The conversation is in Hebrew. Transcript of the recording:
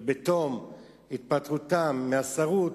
ובתום התפטרותם מהשירות,